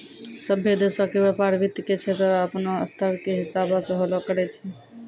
सभ्भे देशो के व्यपार वित्त के क्षेत्रो अपनो स्तर के हिसाबो से होलो करै छै